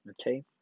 okay